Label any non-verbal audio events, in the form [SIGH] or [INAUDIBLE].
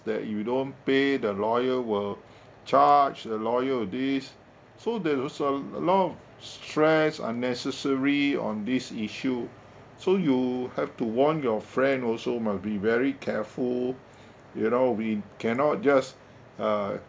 that you don't pay the lawyer will charge the lawyer will this so there's a a lot of stress unnecessary on this issue so you have to warn your friend also must be very careful [BREATH] you know we cannot just uh